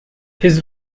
his